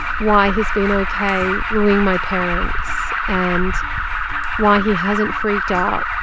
why he's been ok wooing my parents and why he hasn't freaked out